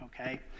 Okay